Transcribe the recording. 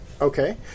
Okay